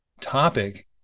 topic